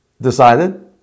decided